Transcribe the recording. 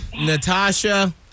Natasha